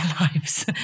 lives